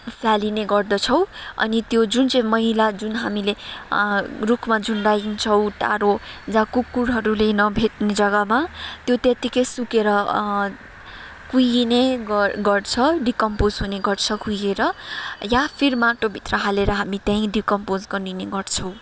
फ्यालिने गर्दछौँ अनि त्यो जुन चाहिँ मैला जुन हामीले रुखमा झुन्डाइन्छौँ टाढो जहाँ कुकुरहरूले नभेट्ने जग्गामा त्यो त्यतिकै सुकेर कुहिने गर् गर्छ डिकम्पोस हुने गर्छ कुहिएर या फिर माटोभित्र हालेर त्यही डिकम्पोस गरिने गर्छौँ